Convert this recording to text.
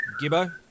Gibbo